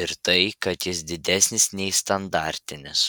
ir tai kad jis didesnis nei standartinis